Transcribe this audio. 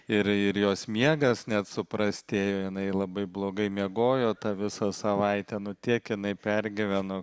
ir ir jos miegas net suprastėjo jinai labai blogai miegojo tą visą savaitę nu tiek jinai pergyveno